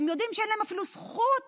הם יודעים שאין להם אפילו זכות